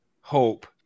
hope